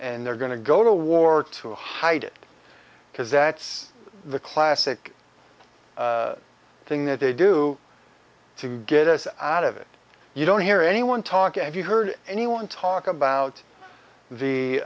and they're going to go to war to hide it because that's the classic thing that they do to get us out of it you don't hear anyone talking if you heard anyone talk about